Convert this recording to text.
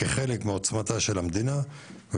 כחלק מעוצמתה של המדינה.